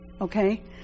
Okay